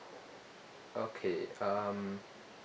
okay um